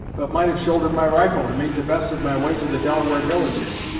but might have shouldered my rifle, and made the best of my way to the delaware villages.